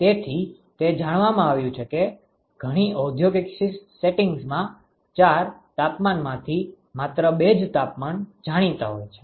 તેથી તે જાણવામાં આવ્યું છે કે ઘણી ઔદ્યોગિક સેટિંગ્સમાં 'ચાર' તાપમાનમાંથી માત્ર બે જ તાપમાન જાણીતા હોઈ છે